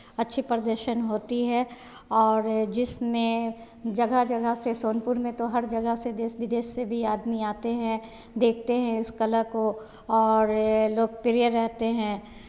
अच्छी प्रदर्शन होती है और ये जिसमें जगह जगह से सोनपुर में तो हर जगह से देश विदेश से भी आदमी आते हैं देखते हैं उस कला को और ये लोकप्रिय रहते हैं